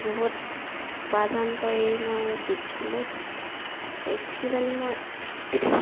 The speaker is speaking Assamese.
বহুত উপাৰ্জন কৰি মই বিকিলোঁ বিকি পেনি মই